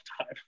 time